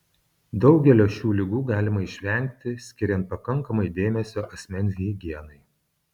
daugelio šių ligų galima išvengti skiriant pakankamai dėmesio asmens higienai